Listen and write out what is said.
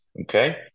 okay